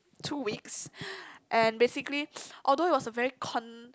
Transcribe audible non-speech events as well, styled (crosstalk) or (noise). two weeks (breath) and basically although it's a very con~